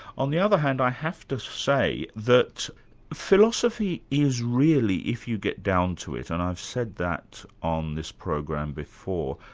on the other hand i have to say that philosophy is really, if you get down to it, and i've said that on this program before,